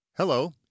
Hello